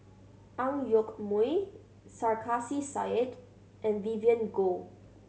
Ang Yoke Mooi Sarkasi Said and Vivien Goh